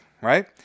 right